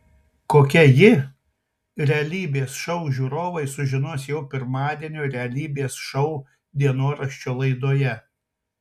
kokia ji realybės šou žiūrovai sužinos jau pirmadienio realybės šou dienoraščio laidoje